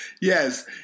Yes